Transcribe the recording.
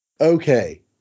Okay